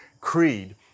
Creed